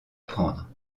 prendre